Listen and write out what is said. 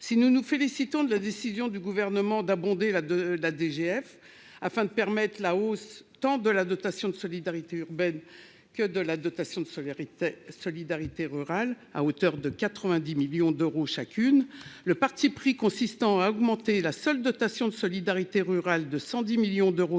si nous nous félicitons de la décision du gouvernement d'abonder là de la DGF afin de permettre la hausse tant de la dotation de solidarité urbaine que de la dotation de solidarité, solidarité rurale à hauteur de 90 millions d'euros chacune le parti pris consistant à augmenter la seule dotation de solidarité rurale de 110 millions d'euros